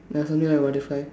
there's something on other side